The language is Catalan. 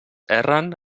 erren